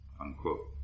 Unquote